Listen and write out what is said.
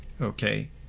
Okay